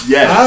Yes